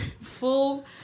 full